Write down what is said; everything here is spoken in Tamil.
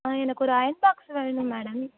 ஆ எனக்கு ஒரு அயன் பாக்ஸ் வேணும் மேடம்